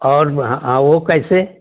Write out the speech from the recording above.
और हाँ हाँ वो कैसे